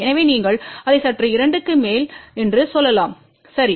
எனவே நீங்கள் அதை சற்று 2 க்கு மேல் என்று சொல்லலாம்" சரி